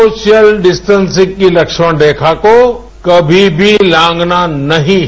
social distancing की तक्षप रेखा को कभी भी लांपना नहीं है